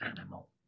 animal